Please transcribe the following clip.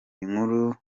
inkuru